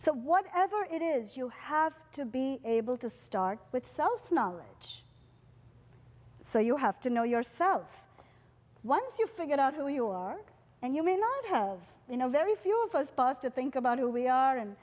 so whatever it is you have to be able to start with self knowledge so you have to know yourself once you figure out who you are and you may not have you know very few of us boss to think about who we are and